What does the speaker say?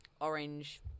orange